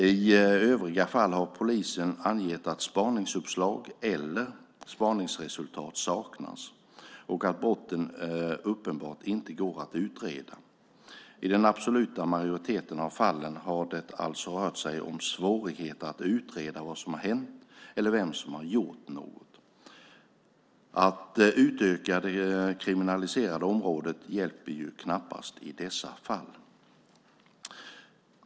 I övriga fall har polisen angett att spaningsuppslag eller spaningsresultat saknas och att brotten uppenbart inte går att utreda. I den absoluta majoriteten av fallen har det alltså rört sig om svårigheter att utreda vad som har hänt eller vem som har gjort något. Att utöka det kriminaliserade området hjälper ju knappast i dessa fall.